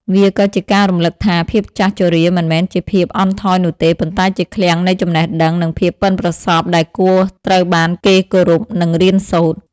វាក៏ជាការរំលឹកថា ភាពចាស់ជរាមិនមែនជាភាពអន់ថយនោះទេ ប៉ុន្តែជាឃ្លាំងនៃចំណេះដឹង និងភាពប៉ិនប្រសប់ដែលគួរត្រូវបានគេគោរព និងរៀនសូត្រ។